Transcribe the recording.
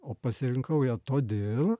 o pasirinkau ją todėl